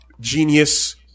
genius